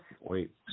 Wait